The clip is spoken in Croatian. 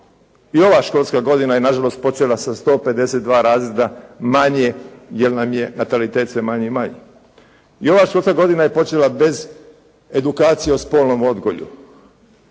I ova školska godina je nažalost počela sa 152 razreda manje jer nam je natalitet sve manji i manji. I ova školska godina je počela bez edukacije o spolnom odgoju.